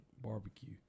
barbecue